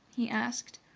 he asked.